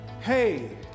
hey